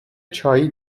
چایی